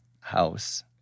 house